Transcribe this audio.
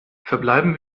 verbleiben